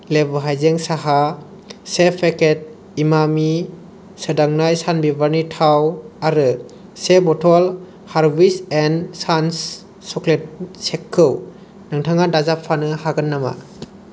लेबु हायजें साहा से पेकेट इमामि सोदांनाय सानबिबारनि थाव आरो से बथल हारविस एन्ड सान्स चक्लेट शेकखौ नोंथाङा दाजाबफानो हागोन नामा